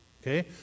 Okay